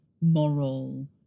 moral